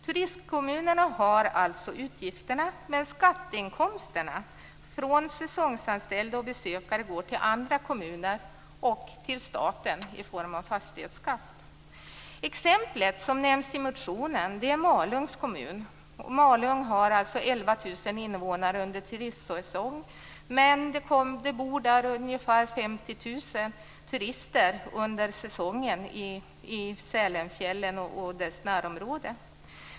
Turistkommunerna har alltså utgifterna, medan skatteinkomsterna från säsongsanställda och besökare går till andra kommuner och staten i form av fastighetsskatt. Exemplet som nämns i motionen är Malungs kommun. Malung har 11 000 invånare, men under turistsäsongen bor ca 50 000 turister i Sälenfjällen och dess närområde.